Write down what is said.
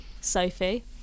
sophie